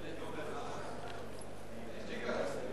אני רוצה להזכיר לאדוני